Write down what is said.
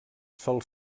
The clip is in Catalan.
sol